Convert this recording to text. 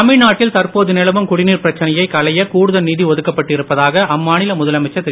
தமிழ்நாட்டில் தற்போது நிலவும் குடிநீர்ப் பிரச்சனையைக் களைய கூடுதல் நிதி ஒதுக்கப்பட்டு இருப்பதாக அம்மாநில முதலமைச்சர் திரு